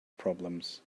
problems